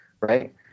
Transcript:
right